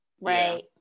Right